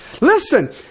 Listen